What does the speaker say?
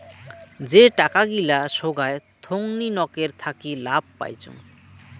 যে টাকা গিলা সোগায় থোঙনি নকের থাকি লাভ পাইচুঙ